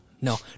No